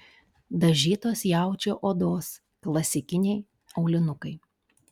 dažytos jaučio odos klasikiniai aulinukai